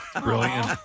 brilliant